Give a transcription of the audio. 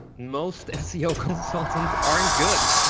most seo consultants aren't good.